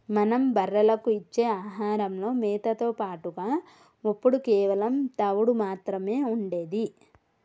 మనం బర్రెలకు ఇచ్చే ఆహారంలో మేతతో పాటుగా ఒప్పుడు కేవలం తవుడు మాత్రమే ఉండేది